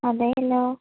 അതേല്ലോ